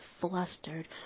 flustered